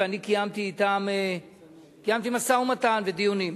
קיימתי אתם משא-ומתן ודיונים,